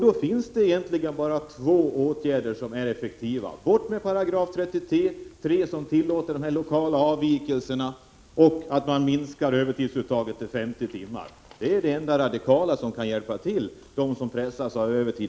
Då finns det egentligen bara två åtgärder som är effektiva: Bort med 3 §, som tillåter lokala avvikelser, och en minskning av övertidsuttaget till 50 timmar. Det är det enda radikala och det enda som kan hjälpa dem som i dag pressas av övertid.